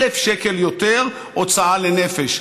1,000 שקל יותר בהוצאה לנפש,